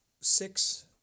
Six